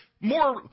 more